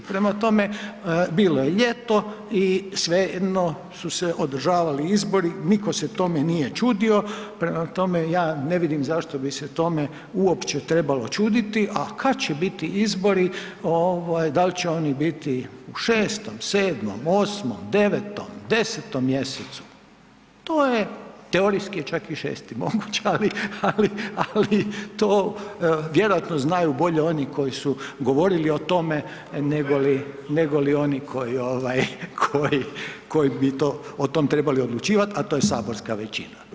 Prema tome, bilo je ljeto i svejedno su se održavali izbori, nitko se tome nije čudio, prema tome, ja ne vidim zašto bi se tome uopće trebalo čuditi, a kad će biti izbori, da li će oni biti u 6., 7., 8., 9., 10. mj., to je teorijski je čak i 6. moguće, ali, ali to vjerojatno znaju bolje oni koji su govorili o tome nego li oni koji, koji bi o tom trebali odlučivati, a to je saborska većina.